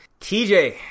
TJ